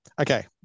okay